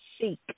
seek